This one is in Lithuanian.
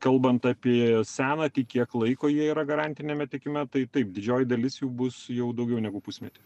kalbant apie senatį kiek laiko jie yra garantiniame tiekime tai taip didžioji dalis jų bus jau daugiau negu pusmetį